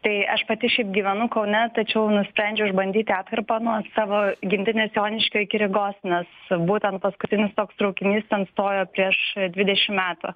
tai aš pati šiaip gyvenu kaune tačiau nusprendžiau išbandyti atkarpą nuo savo gimtinės joniškio iki rygos nes būtent paskutinis toks traukinys ten stojo prieš dvidešimt metų